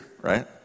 right